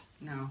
No